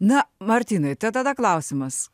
na martynai tai tada klausimas